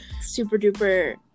super-duper